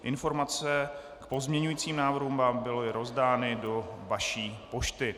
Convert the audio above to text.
Informace k pozměňujícím návrhům vám byly rozdány do vaší pošty.